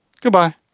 Goodbye